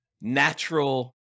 natural